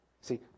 See